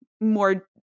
more